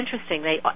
interesting